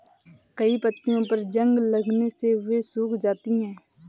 कई पत्तियों पर जंग लगने से वे सूख जाती हैं